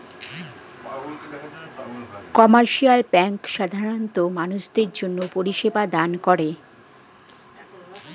commercial bank সাধারণ মানুষদের জন্যে পরিষেবা দান করে